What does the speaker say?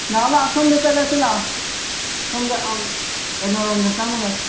ꯂꯥꯛꯑꯣ ꯂꯥꯛꯑꯣ ꯁꯣꯝꯗ ꯆꯠꯂꯁꯤ ꯂꯥꯑꯣ ꯁꯣꯝꯗ ꯑꯪ ꯀꯩꯅꯣ ꯔꯣꯝꯗ ꯆꯪꯉꯨꯔꯁꯤ